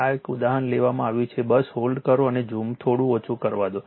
આ ઉદાહરણ એક લેવામાં આવ્યું છે બસ હોલ્ડ કરો મને ઝૂમ થોડું ઓછું કરવા દો